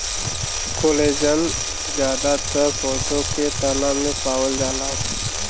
collagen जादातर पौधा के तना में पावल जाला